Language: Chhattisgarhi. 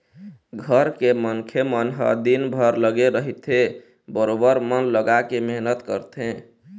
घर के मनखे मन ह दिनभर लगे रहिथे बरोबर मन लगाके मेहनत करथे